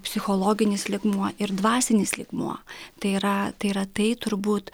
psichologinis lygmuo ir dvasinis lygmuo tai yra tai yra tai turbūt